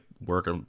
work